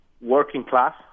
working-class